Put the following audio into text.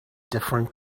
different